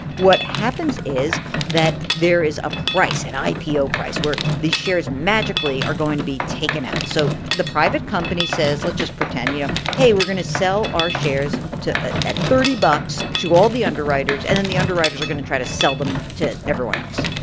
what happens is that there is a price, and an ipo price, where these shares magically are going to be taken out so the private company says let's just pretend you know, hey, we're going to sell our shares at thirty bucks to all the underwriters. and then the underwriters are going to try to sell them to everyone else.